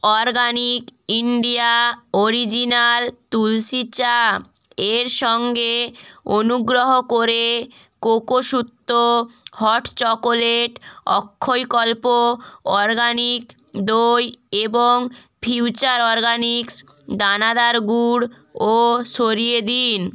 organic India original tulsi চা এর সঙ্গে অনুগ্রহ করে কোকোসূত্র হট চকোলেট অক্ষয়কল্প অরগানিক দই এবং ফিউচার অরগানিক্স দানাদার গুড় ও সরিয়ে দিন